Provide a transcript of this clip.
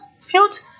field